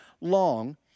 long